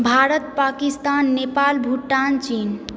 भारत पकिस्तान नेपाल भूटान चीन